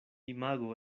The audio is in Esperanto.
imago